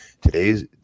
Today's